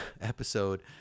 episode